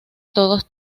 todos